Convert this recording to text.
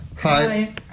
Hi